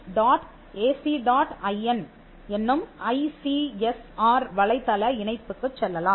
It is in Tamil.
in என்னும் ஐ சி எஸ் ஆர் வலை தள இணைப்புக்குச் செல்லலாம்